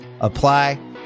apply